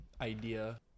idea